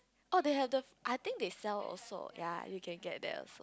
oh they have the I think they sell also ya you can get that